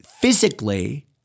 physically